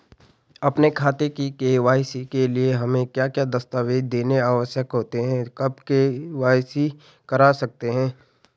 अपने खाते की के.वाई.सी के लिए हमें क्या क्या दस्तावेज़ देने आवश्यक होते हैं कब के.वाई.सी करा सकते हैं?